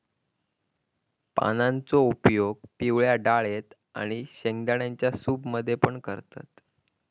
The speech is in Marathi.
पानांचो उपयोग पिवळ्या डाळेत आणि शेंगदाण्यांच्या सूप मध्ये पण करतत